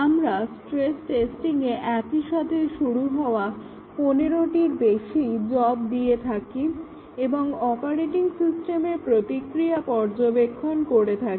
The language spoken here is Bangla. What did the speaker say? আমরা স্ট্রেস টেস্টিংয়ে একইসাথে শুরু হওয়া 15টির বেশি জব দিয়ে থাকি এবং অপারেটিং সিস্টেমের প্রতিক্রিয়া পর্যবেক্ষণ করে থাকি